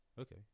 Okay